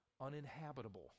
uninhabitable